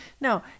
No